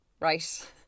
right